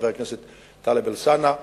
חבר הכנסת טלב אלסאנע,